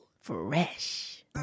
Fresh